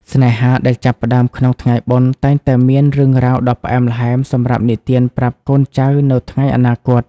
ស្នេហាដែលចាប់ផ្ដើមក្នុងថ្ងៃបុណ្យ តែងតែមាន "រឿងរ៉ាវដ៏ផ្អែមល្ហែម" សម្រាប់និទានប្រាប់កូនចៅនៅថ្ងៃអនាគត។